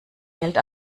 geld